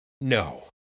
no